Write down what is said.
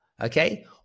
okay